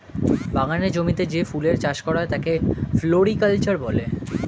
বাগানের জমিতে যে ফুলের চাষ করা হয় তাকে ফ্লোরিকালচার বলে